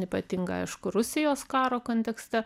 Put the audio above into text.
ypatingai aišku rusijos karo kontekste